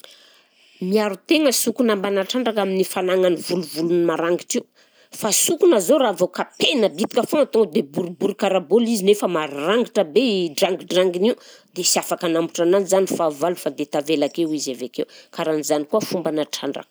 Miaro tegna sokina mbana trandraka amin'ny fanagnany volovolo maragnitra io, fa sokina zao raha vao kapaina bitika foagna tonga dia boribory karaha baolina izy nefa marangitra be i drangidranginy io dia sy afaka hanambotra ananjy zany fahavalo fa dia tavela akeo izy avy akeo, karaha an'izany koa fombana trandraka